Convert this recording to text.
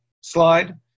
slide